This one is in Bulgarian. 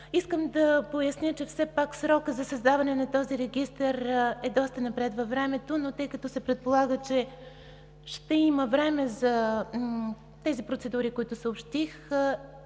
Искам да поясня, че все пак срокът за създаване на регистъра е доста напред във времето, но тъй като се предполага, че ще има време за процедурите, които съобщих,